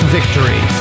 Victory